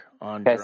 on